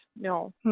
No